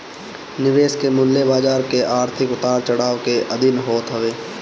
निवेश के मूल्य बाजार के आर्थिक उतार चढ़ाव के अधीन होत हवे